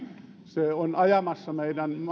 se on ajamassa meidän